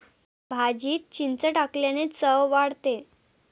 भाजीत चिंच टाकल्याने चव वाढते